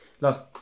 last